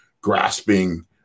grasping